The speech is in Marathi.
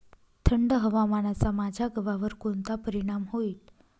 थंड हवामानाचा माझ्या गव्हावर कोणता परिणाम होईल?